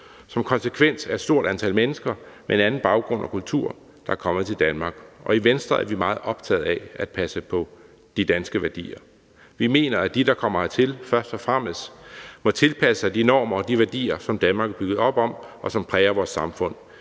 som konsekvens af, at et stort antal mennesker med en anden baggrund og kultur er kommet til Danmark. I Venstre er vi meget optaget af at passe på de danske værdier. Vi mener, at de, der kommer hertil, først og fremmest må tilpasse sig de normer og værdier, som Danmark er bygget op om, og som præger vores samfund.